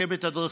לשקם את הדרכים.